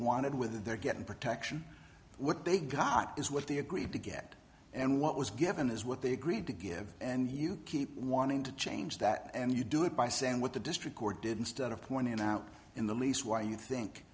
wanted with their getting protection what they got is what they agreed to get and what was given is what they agreed to give and you keep wanting to change that and you do it by saying what the district court didn't stutter pointed out in the lease why you think